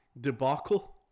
debacle